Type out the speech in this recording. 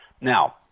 now